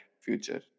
future